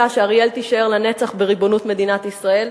שאריאל תישאר לנצח בריבונות מדינת ישראל.